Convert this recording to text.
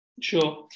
Sure